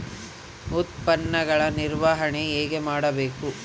ಉತ್ಪನ್ನಗಳ ನಿರ್ವಹಣೆ ಹೇಗೆ ಮಾಡಬೇಕು?